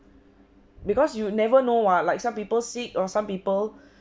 because you never know what like some people sick or some people